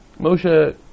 Moshe